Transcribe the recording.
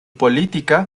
política